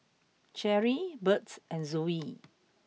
Cherrie Birt and Zoey